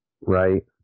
Right